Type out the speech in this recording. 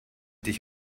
dich